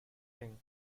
king